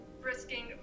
risking